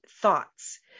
Thoughts